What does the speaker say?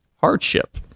hardship